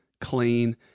clean